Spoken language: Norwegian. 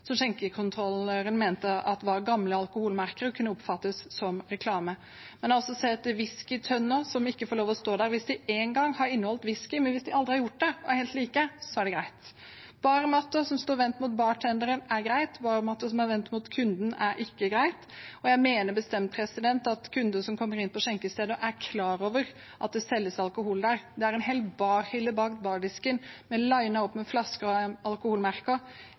mente var gamle alkoholmerker og kunne oppfattes som reklame. Man har også sett whiskytønner som ikke får lov til å stå der hvis de en gang har inneholdt whisky, mens hvis de aldri har gjort det og er helt like, er det greit. Barmatter som står vendt mot bartenderen, er greit, men barmatter som er vendt mot kunden, er ikke greit. Jeg mener bestemt at kunder som kommer inn på skjenkesteder, er klar over at det selges alkohol der. Det er en hel barhylle bak bardisken «linet» opp med flasker med alkoholmerker.